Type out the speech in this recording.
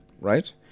Right